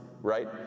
right